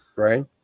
Right